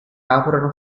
aprono